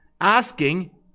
asking